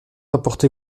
apportez